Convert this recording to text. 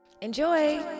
Enjoy